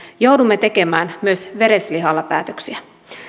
joudumme tekemään myös vereslihalla päätöksiä